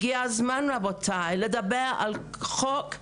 הגיע זמן רבותיי, לדבר על חוק פמיסייד.